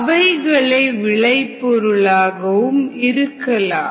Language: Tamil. அவைகளே விளைபொருளாகவும் இருக்கலாம்